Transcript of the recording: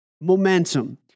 momentum